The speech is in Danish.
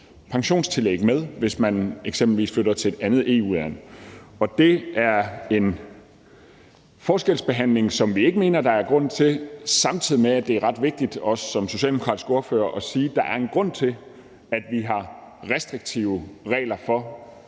pensionstillæg med, hvis man eksempelvis flytter til et andet EU-land. Det er en forskelsbehandling, som vi ikke mener der er grund til at have, samtidig med at det som socialdemokratisk ordfører er ret vigtigt at sige, at der er en grund til, at vi har restriktive regler for,